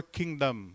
kingdom